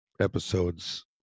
episodes